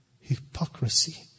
hypocrisy